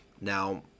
Now